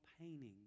painting